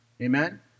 amen